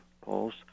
polls